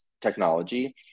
technology